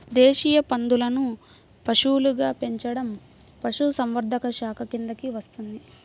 దేశీయ పందులను పశువులుగా పెంచడం పశుసంవర్ధక శాఖ కిందికి వస్తుంది